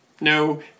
no